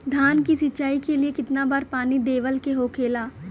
धान की सिंचाई के लिए कितना बार पानी देवल के होखेला?